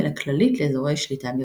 אלא כללית לאזורי שליטה בירושלים.